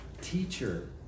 teacher